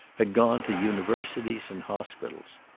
had gone to universities and hospitals.